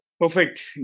Perfect